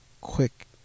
quick